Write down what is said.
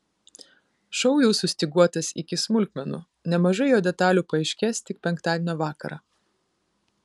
šou jau sustyguotas iki smulkmenų nemažai jo detalių paaiškės tik penktadienio vakarą